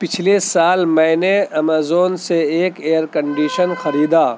پچھلے سال میں نے امیزون سے ایک ایئر کنڈیشن خریدا